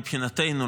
מבחינתנו,